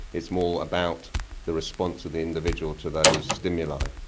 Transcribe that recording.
it's more about the response of the individual to those stimuli.